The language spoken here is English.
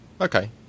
okay